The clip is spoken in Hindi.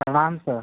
प्रणाम सर